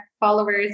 followers